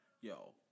Yo